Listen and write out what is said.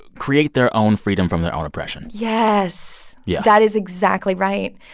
ah create their own freedom from their own oppression yes yeah that is exactly right.